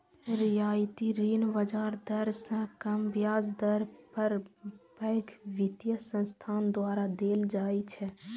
रियायती ऋण बाजार दर सं कम ब्याज दर पर पैघ वित्तीय संस्थान द्वारा देल जाइ छै